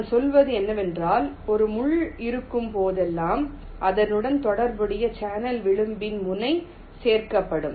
நான் சொல்வது என்னவென்றால் ஒரு முள் இருக்கும் போதெல்லாம் அதனுடன் தொடர்புடைய சேனல் விளிம்பில் முனை சேர்க்கப்படும்